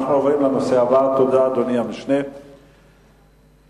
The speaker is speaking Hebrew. אדוני המשנה, תודה.